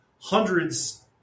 hundreds